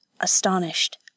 astonished